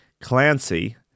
Clancy